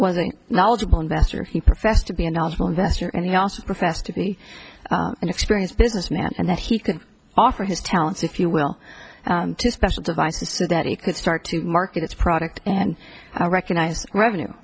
wasn't knowledgeable investor he professed to be a knowledgeable investor and he also professed to be an experienced businessman and that he can offer his talents if you will to special devices so that he could start to market its product and i recognize revenue